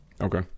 Okay